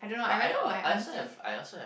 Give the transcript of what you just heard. but I al~ I also have I also have